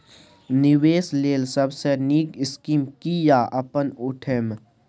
निवेश लेल सबसे नींक स्कीम की या अपन उठैम?